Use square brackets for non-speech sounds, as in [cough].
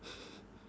[breath]